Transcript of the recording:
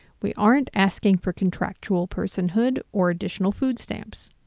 we aren't asking for contractual personhood or additional food stamps.